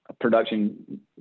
production